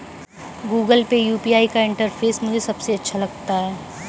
Google Pay UPI का interface मुझे सबसे अच्छा लगता है